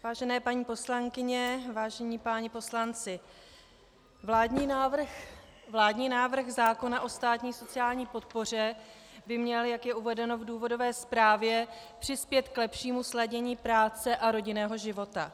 Vážené paní poslankyně, vážení páni poslanci, vládní návrh zákona o státní sociální podpoře by měl, jak je uvedeno v důvodové zprávě, přispět k lepšímu sladění práce a rodinného života.